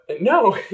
No